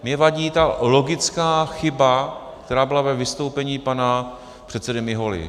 Mně vadí ta logická chyba, která byla ve vystoupení pana předsedy Miholy.